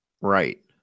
Right